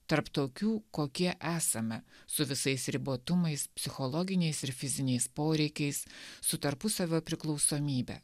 tarp tokių kokie esame su visais ribotumais psichologiniais ir fiziniais poreikiais su tarpusavio priklausomybe